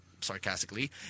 sarcastically